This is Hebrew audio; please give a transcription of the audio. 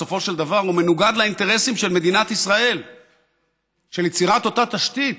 בסופו של דבר הוא מנוגד לאינטרסים של מדינת ישראל ביצירת אותה תשתית